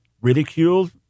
ridiculed